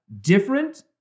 different